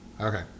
Okay